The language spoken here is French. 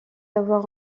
avoir